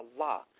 Allah